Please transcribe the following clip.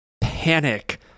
panic